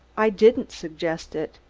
i didn't suggest it.